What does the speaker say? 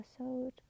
episode